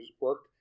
work